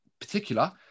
particular